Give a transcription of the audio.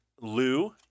Lou